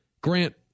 Grant